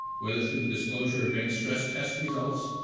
whether through the disclosure of bank stress-test results,